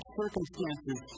circumstances